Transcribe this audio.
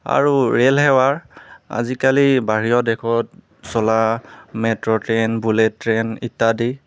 আৰু ৰেলসেৱাৰ আজিকালি বাহিৰৰ দেশত চলা মেট্ৰ ট্ৰেইন বুলেট ট্ৰেইন ইত্যাদি